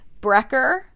Brecker